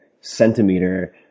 centimeter